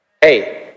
Hey